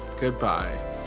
Goodbye